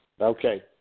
Okay